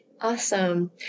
Awesome